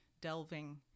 delving